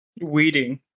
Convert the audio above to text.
Weeding